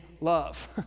love